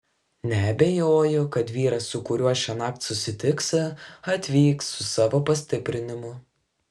neabejoju kad vyras su kuriuo šiąnakt susitiksi atvyks su savo pastiprinimu